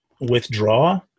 withdraw